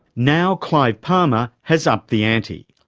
now clive palmer has upped the ante.